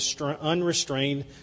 unrestrained